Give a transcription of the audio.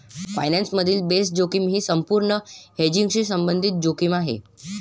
finance मधील base जोखीम ही अपूर्ण हेजिंगशी संबंधित जोखीम आहे